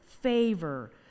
favor